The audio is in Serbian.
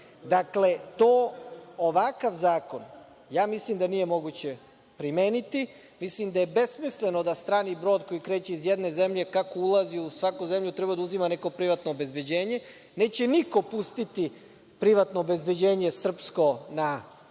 ovakav zakon mislim da nije moguće primeniti, mislim da je besmisleno da strani brod koji kreće iz jedne zemlje, kako ulazi u svaku zemlju treba da uzima neko privatno obezbeđenje, neće niko pustiti privatno obezbeđenje srpsko na brod